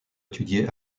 étudier